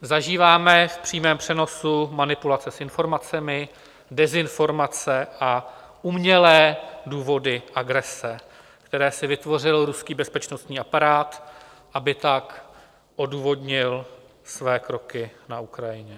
Zažíváme v přímém přenosu manipulace s informacemi, dezinformace a umělé důvody agrese, které si vytvořil ruský bezpečnostní aparát, aby tak odůvodnil své kroky na Ukrajině.